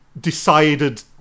decided